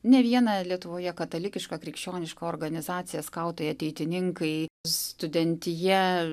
ne vieną lietuvoje katalikišką krikščionišką organizaciją skautai ateitininkai studentija